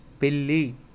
పిల్లి